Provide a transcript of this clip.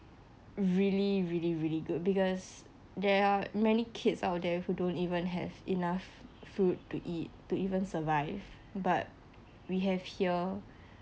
really really really good because there are many kids out there who don't even have enough food to eat to even survive but we have here